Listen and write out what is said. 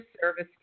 service